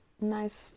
nice